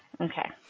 Okay